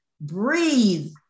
breathe